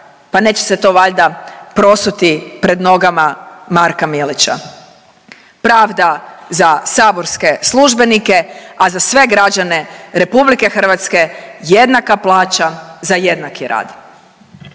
pa neće se to valjda prosuti pred nogama Marka Milića. Pravda za saborske službenike, a za sve građane RH jednaka plaća za jednaki rad.